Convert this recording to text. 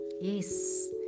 Yes